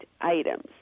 items